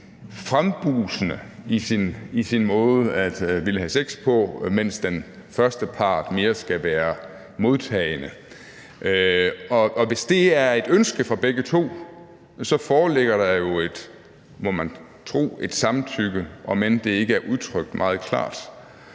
frembrusende i sin måde at ville have sex på, mens den første part mere skal være modtagende. Og hvis det er et ønske for begge to, foreligger der jo, må man tro, et samtykke, om end det ikke er udtrykt meget klart.